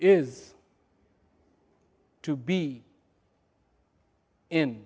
is to be in